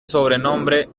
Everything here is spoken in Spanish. sobrenombre